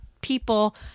people